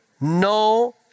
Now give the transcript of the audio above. no